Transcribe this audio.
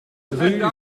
rue